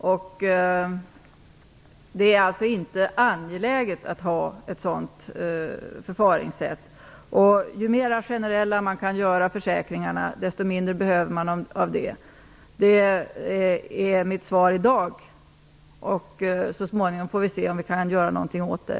Det är alltså inte angeläget att ha ett sådant förfaringssätt. Ju mer generella man kan göra försäkringarna, desto mindre behöver man av ansökningsförfaranden. Det är mitt svar i dag. Vi får väl se så småningom om vi kan göra någonting åt det.